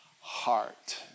heart